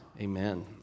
Amen